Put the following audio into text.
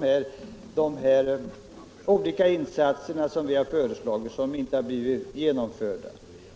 Men de olika insatser som vi har föreslagit har inte genomförts.